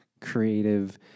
creative